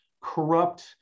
corrupt